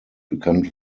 bekannt